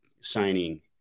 signing